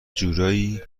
جورایی